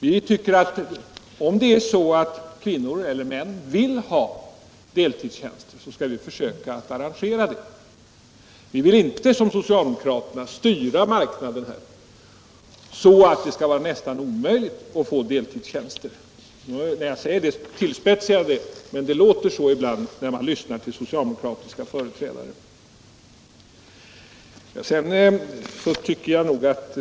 Vi tycker att om kvinnor eller män vill ha deltidstjänster skall man försöka ordna det. Vi vill inte som socialdemokraterna styra marknaden, så att det skall vara nästan omöjligt att få deltidstjänster. När jag säger detta tillspetsar jag det, men det låter ibland så när man hör socialdemokratiska företrädare.